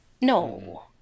No